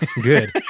good